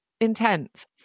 intense